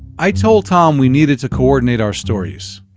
i told tom we needed to coordinate our stories.